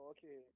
Okay